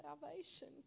salvation